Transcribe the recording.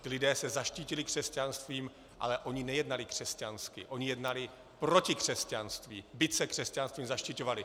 Ti lidé se zaštítili křesťanstvím, ale oni nejednali křesťansky, oni jednali proti křesťanství, byť se křesťanstvím zaštiťovali.